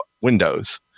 Windows